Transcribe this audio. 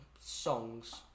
songs